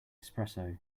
espresso